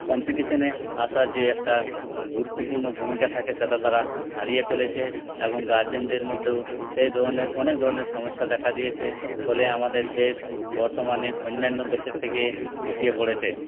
কম্পিটিশনে আসার যে একটা গুরুত্বপূর্ণ ভূমিকা থাকে সেটা তারা হারিয়ে ফেলেছে এবং গার্জেনদের মধ্যেও সে ধরণের অনেক ধরণের সমস্যা দেখা দিয়েছে ফলে আমাদের দেশ বর্তমানে অন্যান্য দেশের থেকে পিছিয়ে পড়েছে